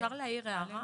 אפשר להעיר הערה?